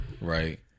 Right